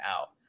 out